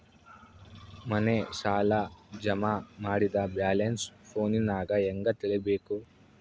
ಮನೆ ಸಾಲ ಜಮಾ ಮಾಡಿದ ಬ್ಯಾಲೆನ್ಸ್ ಫೋನಿನಾಗ ಹೆಂಗ ತಿಳೇಬೇಕು?